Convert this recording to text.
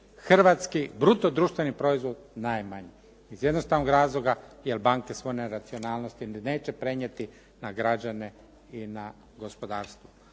hrvatski bruto društveni proizvod najmanje iz jednostavnog razloga jer banke svoju neracionalnost ili neće prenijeti na građane i na gospodarstvo.